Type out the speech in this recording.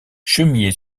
chemillé